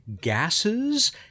gases